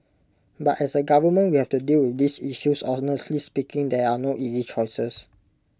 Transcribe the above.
but as A government we have to deal with this issue honestly speaking there are no easy choices